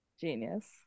genius